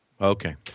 Okay